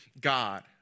God